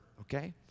Okay